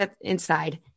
inside